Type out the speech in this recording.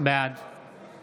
בעד